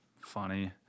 Funny